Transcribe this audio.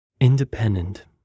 independent